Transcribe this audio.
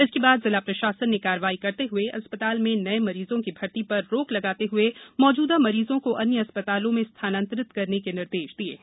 इसके बाद जिला प्रशासन ने कार्रवाई करते हुए अस्पताल में नए मरीजों की भर्ती पर रोक लगाते हुए मौजूदा मरीजों को अन्य अस्पतालों में स्थानांतरित करने के निर्देश दिए हैं